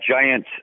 giant